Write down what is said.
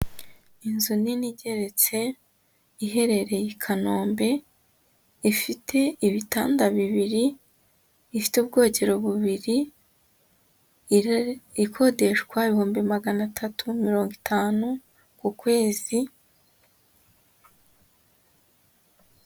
Inzu nini igeretse, iherereye i Kanombe, ifite ibitanda bibiri, ifite ubwogero bubiri, ikodeshwa ibihumbi magana atatu mirongo itanu ku kwezi.